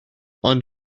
ond